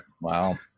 Wow